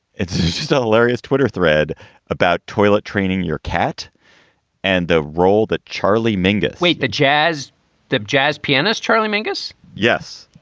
it's just a hilarious twitter thread about toilet training your cat and the role that charlie mingus wait the jazz tap jazz pianist. charlie mingus yes.